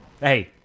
Hey